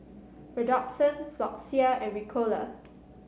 Redoxon Floxia and Ricola